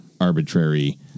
arbitrary